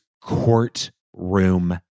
courtroom